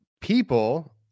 people